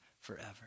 forever